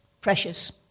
Precious